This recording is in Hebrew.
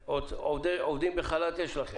עובדים בחל"ת יש לכם?